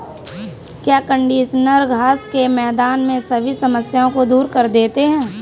क्या कंडीशनर घास के मैदान में सभी समस्याओं को दूर कर देते हैं?